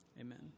Amen